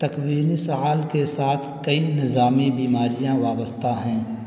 تکوینی سؤال کے ساتھ کئی نظامی بیماریاں وابستہ ہیں